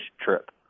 trip